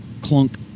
clunk